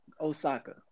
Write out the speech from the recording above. Osaka